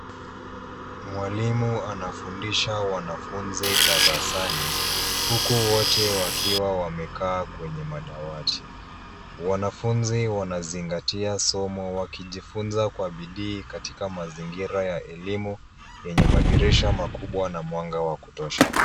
Mwalimu anafundisha wanafunzi darsani, huku wote wakiwa wamekaa kwenye madawati, wanafunzi wanzingatia somo wakijifunza kwa bidii katika mazingira ya elimu enye madirisha makubwa na mwanga wa kutosha.